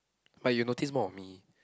but you notice more on me